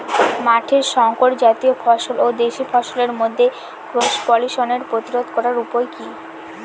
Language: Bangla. মাঠের শংকর জাতীয় ফসল ও দেশি ফসলের মধ্যে ক্রস পলিনেশন প্রতিরোধ করার উপায় কি?